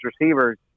receivers –